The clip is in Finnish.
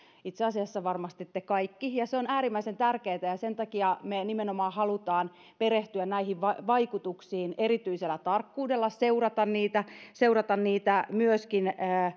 itse asiassa varmasti te kaikki se on äärimmäisen tärkeää ja sen takia me nimenomaan haluamme perehtyä näihin vaikutuksiin erityisellä tarkkuudella seurata niitä seurata niitä myöskin